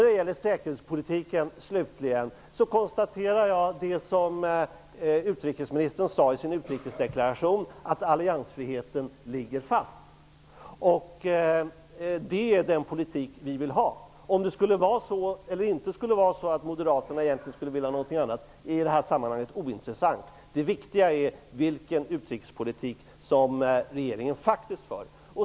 Beträffande säkerhetspolitiken konstaterar jag det som utrikesministern sade i sin utrikesdeklaration, att alliansfriheten ligger fast. Det är den politik vi vill ha. Om Moderaterna egentligen skulle vilja eller inte skulle vilja ha något annat är i det här sammanhanget ointressant. Det viktiga är vilken utrikespolitik som regeringen faktiskt för.